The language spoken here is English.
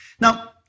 Now